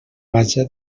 vaja